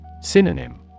Synonym